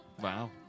Wow